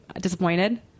disappointed